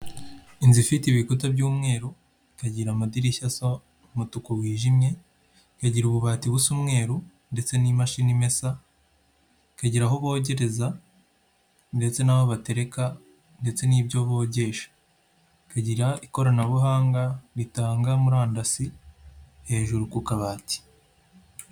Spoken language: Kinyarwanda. Inzu ifite ibikuta by'umweru ikagira amadirishya asa umutuku wijimye, ikagira ububati busa umweru ndetse n'imashini imesa ikagira aho bogereza ndetse n'aho batereka ndetse n'ibyo bogesha, ikagira ikoranabuhanga ritanga murandasi hejuru ku kabati.